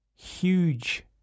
Huge